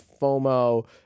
fomo